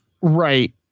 Right